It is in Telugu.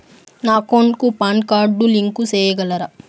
నా అకౌంట్ కు పాన్ కార్డు లింకు సేయగలరా?